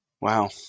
Wow